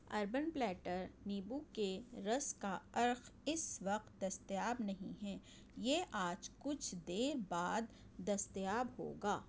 urban platter نیبوں کے رس کا عرق اس وقت دستیاب نہیں ہے یہ آج کچھ دیر بعد دستیاب ہوگا